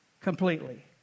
completely